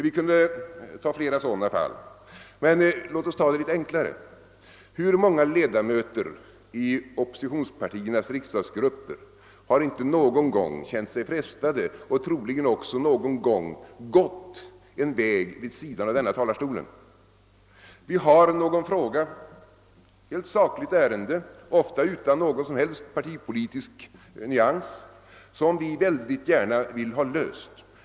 Jag kunde anföra flera sådana fall, men låt oss ta det litet enklare! Hur många ledamöter i oppositionspartiernas riksdagsgrupper har inte någon gång känt sig frestade att gå, och troligen också någon gång gått, en väg vid sidan om denna talarstol? Det är någon saklig fråga, ofta utan någon som helst partipolitisk nyans, som vi gärna vill ha löst.